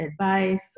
advice